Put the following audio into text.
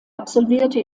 absolvierte